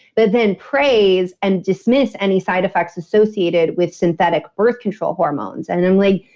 but then praise and dismiss any side effects associated with synthetic birth control hormones. and i'm like,